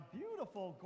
beautiful